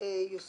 השעה